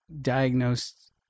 diagnosed